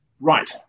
right